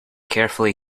carefully